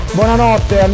Buonanotte